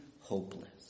hopeless